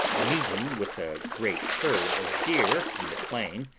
meeting with a great herd of deer in the plain,